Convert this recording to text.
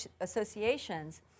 associations